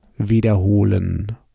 wiederholen